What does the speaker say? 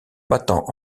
battant